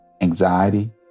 anxiety